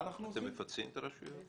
אתם מפצים את הרשויות?